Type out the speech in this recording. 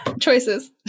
choices